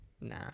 Nah